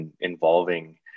involving